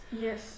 Yes